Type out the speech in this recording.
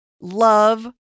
love